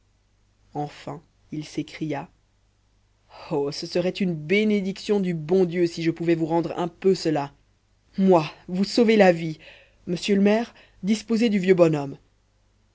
enfin il s'écria oh ce serait une bénédiction du bon dieu si je pouvais vous rendre un peu cela moi vous sauver la vie monsieur le maire disposez du vieux bonhomme